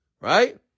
Right